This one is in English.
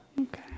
Okay